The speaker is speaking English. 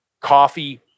coffee